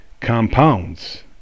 compounds